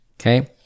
Okay